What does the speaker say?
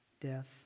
death